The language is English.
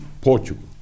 Portugal